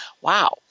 Wow